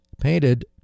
painted